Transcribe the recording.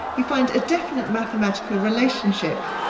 you find a definite mathematical relationship.